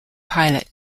pilot